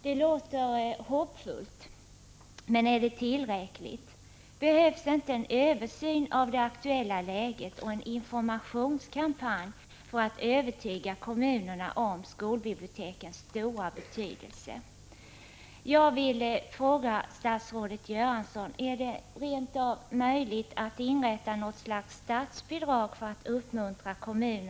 Det låter hoppfullt. Men är det tillräckligt? Behövs inte en översyn av det aktuella läget och en informationskampanj för att övertyga kommunerna om skolbibliotekens stora betydelse?